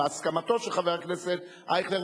בהסכמתו של חבר הכנסת אייכלר,